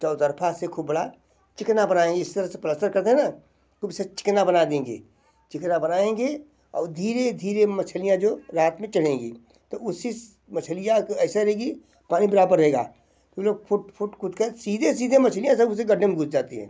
चौतरफा से खूब बड़ा चिकना बनाएंगे जिस तरह से पलस्तर करते हैं ना खुब उसे चिकना बना देंगे चिकना बनाएंगे और धीरे धीरे मछलियाँ जो रात में चलेंगी तो उसी मछलियाँ को ऐसे रहेगी पानी बराबर रहेगा ऊ लोग फुट फुट कूदकर सीधे सीधे मछलियाँ सब उसी गड्ढे में घुस जाती हैं